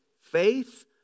faith